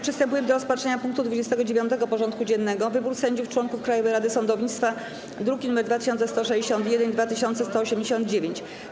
Przystępujemy do rozpatrzenia punktu 29. porządku dziennego: Wybór sędziów - członków Krajowej Rady Sądownictwa (druki nr 2161 i 2189)